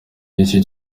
y’iki